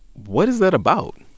what is that about?